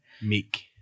meek